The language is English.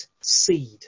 seed